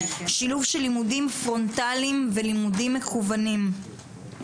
שילוב של לימודים פרונטליים ולימודים מקוונים.